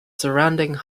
surrounding